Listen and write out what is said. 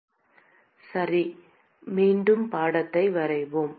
மாணவர் சரி மீண்டும் படத்தை வரைவோம்